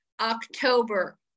October